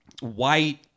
white